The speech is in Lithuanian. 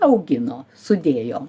augino sudėjo